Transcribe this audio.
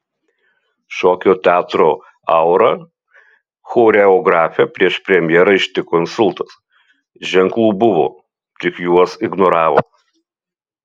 šokio teatro aura choreografę prieš premjerą ištiko insultas ženklų buvo tik juos ignoravo